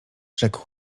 rzekł